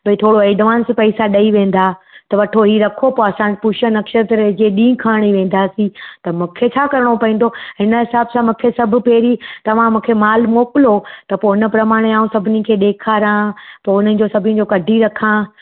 भई थोरो एडवांस पैसा ॾेई वेंदा त वठो ई रखो पोइ असां पुष्य नक्षत्र जे ॾींहुं खणी वेंदासीं त मूंखे छा करिणो पवंदो हिन हिसाबु सां मूंखे सभु पहिरीं तव्हां मूंखे माल मोकिलो त पोइ हुन प्रमाणे आउं सभिनी खे ॾेखारा पोइ उन्हनि जो सभिनी जो कढी रखा